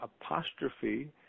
apostrophe